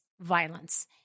violence